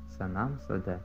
senam sode